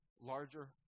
larger